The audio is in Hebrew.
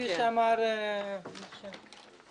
הישיבה נעולה.